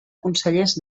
consellers